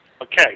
Okay